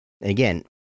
again